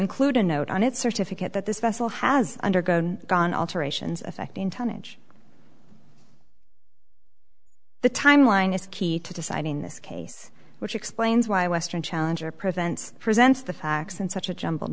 include a note on it certificate that this vessel has undergone gone alterations affecting tonnage the timeline is key to deciding this case which explains why western challenger prevents presents the facts in such a jumbled